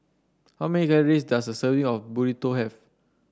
how many calories does a serving of Burrito have